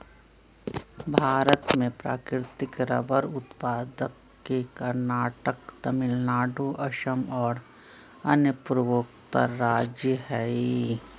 भारत में प्राकृतिक रबर उत्पादक के कर्नाटक, तमिलनाडु, असम और अन्य पूर्वोत्तर राज्य हई